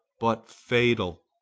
but fatal.